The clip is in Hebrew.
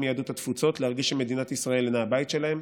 מיהדות התפוצות להרגיש שמדינת ישראל אינה הבית שלהם.